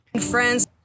friends